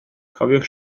cofiwch